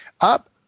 up